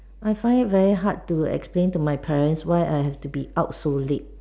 I find it very hard to explain to my parents why I have to be out so late